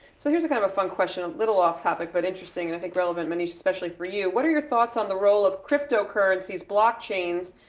so here's a kind of a fun question, a little off topic, but interesting, and i think relevant, maneesh, especially for you. what are your thoughts on the role of crypto currencies, blockchains,